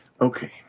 Okay